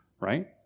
Right